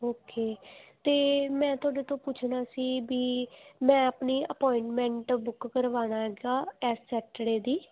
okay ਅਤੇ ਮੈਂ ਤੁਹਾਡੇ ਤੋਂ ਪੁੱਛਣਾ ਸੀ ਵੀ ਮੈਂ ਆਪਣੀ ਅਪੋਆਇੰਟਮੈਂਟ ਬੁੱਕ ਕਰਵਾਉਣਾ ਹੈਗਾ ਇਸ ਸੈਟਰਡੇ ਦੀ